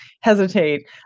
hesitate